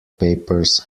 papers